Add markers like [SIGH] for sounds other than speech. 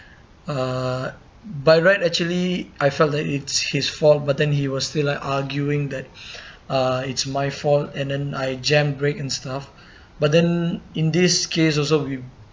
uh by right actually I felt that it's his fault but then he was still like arguing that [BREATH] uh it's my fault and then I jam brake and stuff but then in this case also we